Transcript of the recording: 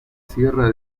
sierra